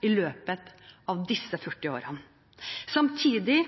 i løpet av disse 40 årene. Samtidig